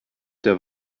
der